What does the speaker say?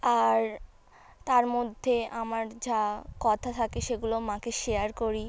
আর তার মধ্যে আমার যা কথা থাকে সেগুলো মাকে শেয়ার করি